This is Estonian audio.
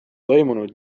toimunud